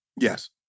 Yes